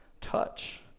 Touch